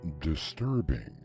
disturbing